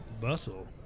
Bustle